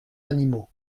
animaux